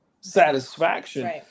satisfaction